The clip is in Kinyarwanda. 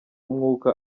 umwuka